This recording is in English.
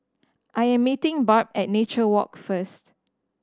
I am meeting Barb at Nature Walk first